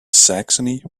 saxony